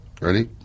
Ready